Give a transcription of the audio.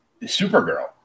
Supergirl